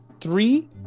three